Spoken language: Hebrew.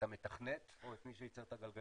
את המתכנת או את מי שייצר את הגלגלים.